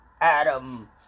Adam